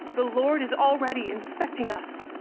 the lord is already inspecting us.